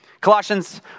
Colossians